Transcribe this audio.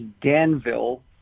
Danville